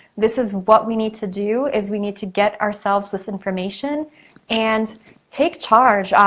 this is what we need to do is we need to get ourselves this information and take charge.